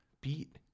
beat